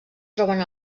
troben